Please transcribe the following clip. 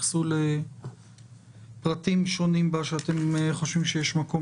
תתייחסו לפרטים שונים שאתם חושבים שיש מקום